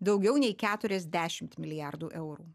daugiau nei keturiasdešim milijardų eurų